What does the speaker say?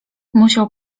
musiał